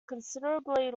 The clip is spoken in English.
considerably